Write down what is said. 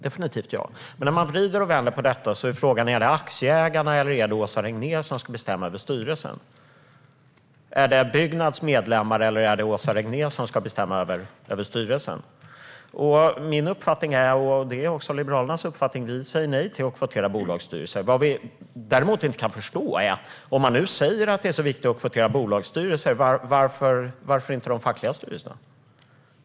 Men även om man vrider och vänder på detta är frågan ändå om det är aktieägarna eller Åsa Regnér som ska bestämma över styrelserna. Är det Byggnads medlemmar eller Åsa Regnér som ska bestämma över styrelsen? Min och Liberalernas uppfattning är att vi säger nej till kvotering i bolagsstyrelser. Vi kan däremot inte förstå varför man inte ska ha kvotering i de fackliga styrelserna om det nu är så viktigt att ha kvotering i bolagsstyrelser.